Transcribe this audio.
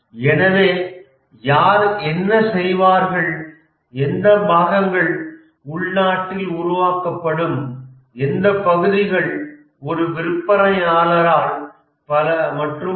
எனவே யார் என்ன செய்வார்கள் எந்த பாகங்கள் உள்நாட்டில் உருவாக்கப்படும் எந்த பகுதிகள் ஒரு விற்பனையாளரால் மற்றும் பல